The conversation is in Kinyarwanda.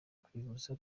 kwivuza